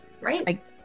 right